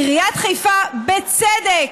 עיריית חיפה, בצדק,